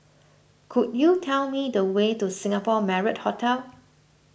could you tell me the way to Singapore Marriott Hotel